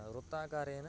वृत्ताकारेण